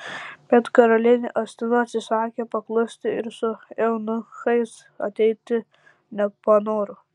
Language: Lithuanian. bet karalienė astina atsisakė paklusti ir su eunuchais ateiti nepanoro